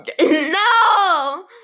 No